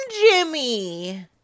Jimmy